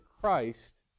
Christ